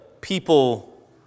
people